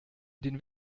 den